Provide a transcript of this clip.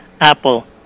Apple